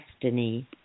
destiny